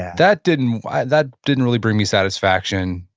that didn't that didn't really bring me satisfaction.